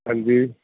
ਹਾਂਜੀ